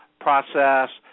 process